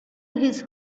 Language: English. his